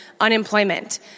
unemployment